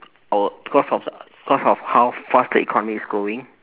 oh because of because of how fast the economy is growing